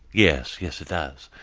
yes, yes it does.